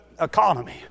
economy